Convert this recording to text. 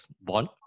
bond